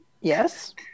Yes